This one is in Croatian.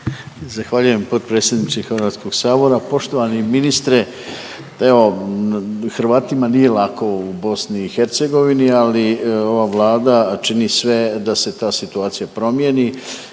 Zahvaljujem potpredsjedniče HS-a, poštovani ministre. Evo, Hrvatima nije lako u BiH, ali ova Vlada čini sve da se ta situacija promijeni